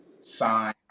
sign